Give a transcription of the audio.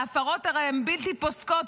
וההפרות הן בלתי פוסקות,